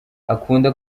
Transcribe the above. akunda